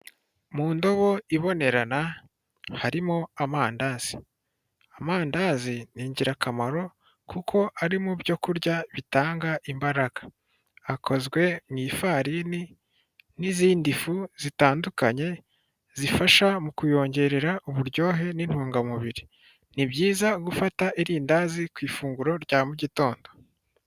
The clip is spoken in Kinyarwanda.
Mu ndobo ibonerana harimo amandazi. Amandazi ni ingirakamaro kuko ari mu byo kurya bitanga imbaraga akozwe mu ifarini n'izindi fu zitandukanye zifasha mu kuyongerera uburyohe n'intungamubiri ni byiza gufata irindazi ku ifunguro rya mu gitondo.